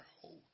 hold